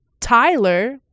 tyler